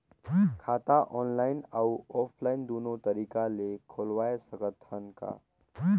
खाता ऑनलाइन अउ ऑफलाइन दुनो तरीका ले खोलवाय सकत हन का?